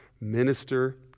minister